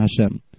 Hashem